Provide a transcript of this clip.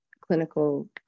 clinical